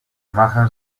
imagen